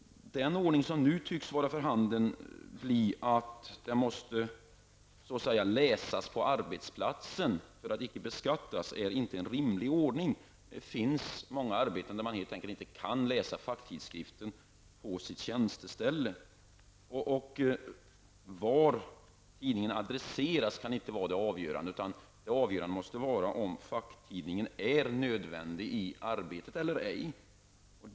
Den ordning som nu tycks bli för handen -- att den så att säga måste läsas på arbetsplatsen för att inte beskattas -- är inte en rimlig ordning. Det finns många arbeten där man helt enkelt inte kan läsa facktidskriften på sitt tjänsteställe. Vart tidningen adresseras kan inte vara det avgörande, utan det måste vara om facktidningen är nödvändig i arbetet eller ej.